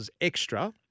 extra